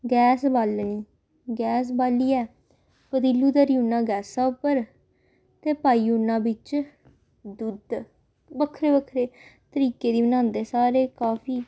gas बालनी gas बाल्लियै पतीलू धरी ओड़ना गैसा उप्पर ते पाई ओड़ना बिच्च दुद्ध बक्खरे बक्खरे तरीके दी बनांदे सारे काफी